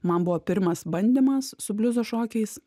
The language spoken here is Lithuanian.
man buvo pirmas bandymas su bliuzo šokiais